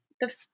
the-